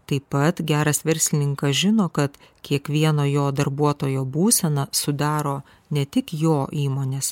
taip pat geras verslininkas žino kad kiekvieno jo darbuotojo būsena sudaro ne tik jo įmonės